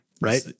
right